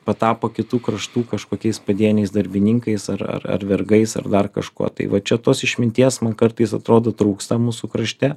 patapo kitų kraštų kažkokiais padieniais darbininkais ar ar ar vergais ar dar kažkuo tai va čia tos išminties man kartais atrodo trūksta mūsų krašte